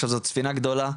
עכשיו זאת ספינה גדולה,